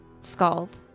Scald